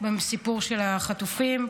בסיפור של החטופים,